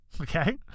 Okay